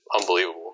unbelievable